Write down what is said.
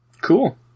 Cool